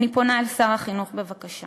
אני פונה אל שר החינוך בבקשה: